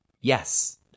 Yes